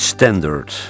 Standard